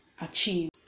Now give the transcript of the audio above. achieve